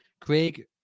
Craig